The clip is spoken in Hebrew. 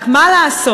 רק מה לעשות,